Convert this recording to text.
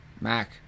Mac